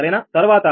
5 మరియు∆P30 −1